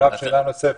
עכשיו שאלה נוספת.